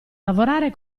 lavorare